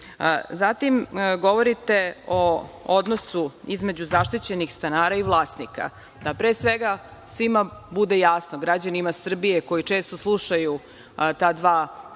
upravnici. Govorite o odnosu između zaštićenih stanara i vlasnika. Pre svega, da svima bude jasno, a i građanima Srbije koji često slušaju ta dva pojma